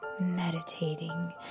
meditating